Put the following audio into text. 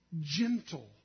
gentle